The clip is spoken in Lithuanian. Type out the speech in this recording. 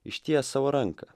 išties savo ranką